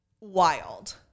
Wild